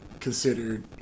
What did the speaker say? considered